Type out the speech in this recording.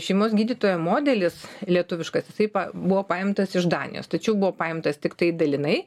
šeimos gydytojo modelis lietuviškas jisai buvo paimtas iš danijos tačiau buvo paimtas tiktai dalinai